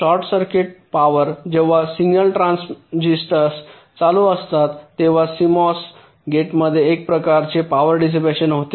short circuit power जेव्हा signal transitions चालू असतात तेव्हा सीएमओएस गेटमध्ये हे एक प्रकारचे पॉवर डिसिपॅशन होते